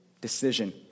decision